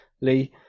Lee